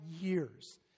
years